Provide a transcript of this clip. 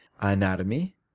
anatomy